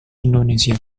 indonesia